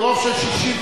ברוב של 64,